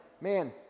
man